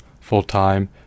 full-time